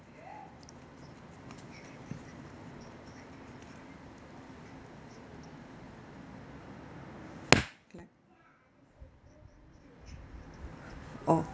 orh